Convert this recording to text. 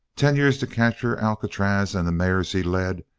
ten years to capture alcatraz and the mares he led?